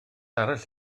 arall